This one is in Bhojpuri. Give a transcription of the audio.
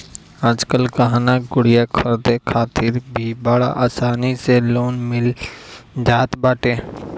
आजकल गहना गुरिया खरीदे खातिर भी बड़ा आसानी से लोन मिल जात बाटे